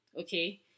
Okay